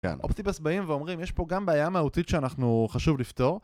אופטיבוס באים ואומרים יש פה גם בעיה מהותית שאנחנו חשוב לפתור